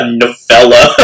novella